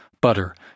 Butter